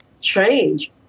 change